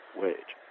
wage